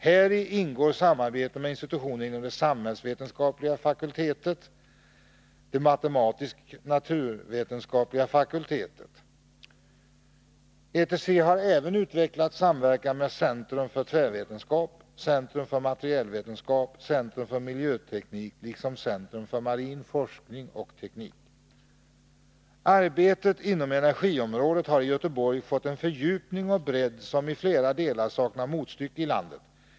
Häri ingår samarbete med institutioner inom den samhällsvetenskapliga fakulteten och den matematisk-naturvetenskapliga fakulteten. ETC har även utvecklat samverkan med Centrum för tvärvetenskap, Centrum för materialvetenskap, Centrum för miljöteknik liksom Centrum för marinforskning och teknik. Arbetet inom energiområdet har i Göteborg fått en fördjupning och bredd som i flera delar saknar motstycke i landet.